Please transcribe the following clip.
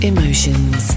Emotions